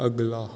ਅਗਲਾ